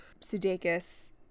Sudeikis